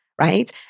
right